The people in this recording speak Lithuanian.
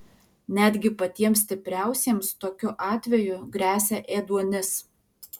netgi patiems stipriausiems tokiu atveju gresia ėduonis